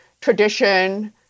tradition